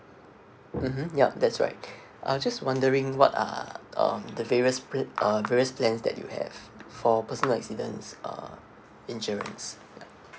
mmhmm yup that's right uh just wondering what are um the various pr~ uh various plans that you have for personal accidents uh insurance